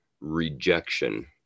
rejection